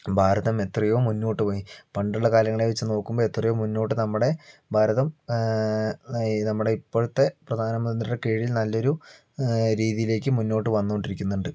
ഭാരതം എത്രയോ മുന്നോട്ട് പോയി പണ്ടുള്ള കാലങ്ങളെ വെച്ച് നോക്കുമ്പോൾ എത്രയോ മുന്നോട്ട് നമ്മുടെ ഭാരതം ഈ നമ്മുടെ ഇപ്പോഴത്തെ പ്രധാനമന്ത്രിയുടെ കീഴിൽ നല്ലൊരു രീതിയിലേക്ക് മുന്നോട്ട് വന്നുകൊണ്ടിരിക്കുന്നുണ്ട്